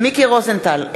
מיקי רוזנטל,